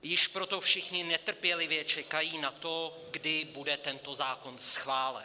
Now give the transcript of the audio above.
Již proto všichni netrpělivě čekají na to, kdy bude tento zákon schválen.